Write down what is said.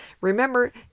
Remember